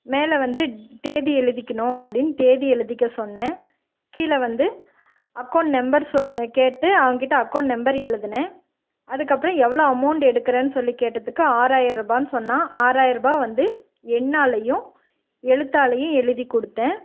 மேலே வந்து தேதி எழுதிக்கணும் அப்படின்னு தேதி எழுதிக்க சொன்னேன் கீழே வந்து அக்கௌண்ட் நம்பர் சொல் கேட்டு அவன்கிட்டே அக்கௌண்ட் நம்பர் எழுதுனேன் அதுக்கப்புறம் எவ்வளோ அமௌண்ட் எடுக்கிறன்னு சொல்லி கேட்டதுக்கு ஆறாயிரம் ரூபாய்னு சொன்னான் ஆறாயிரம் ரூபாவை வந்து எண்ணாலேயும் எழுத்தாலையும் எழுதிக் கொடுத்தேன்